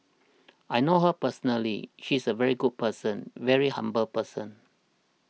I know her personally she is a very good person very humble person